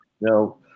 No